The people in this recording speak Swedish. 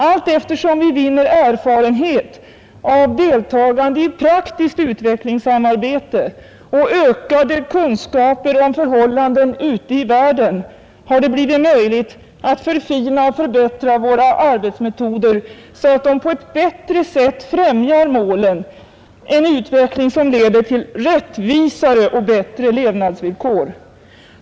Allteftersom vi vinner erfarenhet av deltagande i praktiskt utvecklingssamarbete och ökade kunskaper om förhållanden ute i världen har det blivit möjligt att förfina och förbättra våra arbetsmetoder, så att de på ett effektivare sätt främjar en utveckling som leder till rättvisare och bättre levnadsvillkor.